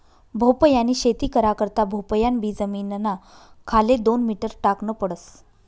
भोपयानी शेती करा करता भोपयान बी जमीनना खाले दोन मीटर टाकन पडस